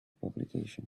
publication